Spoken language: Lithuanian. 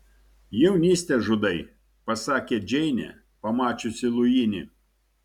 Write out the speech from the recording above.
jaunystę žudai pasakė džeinė pamačiusi luinį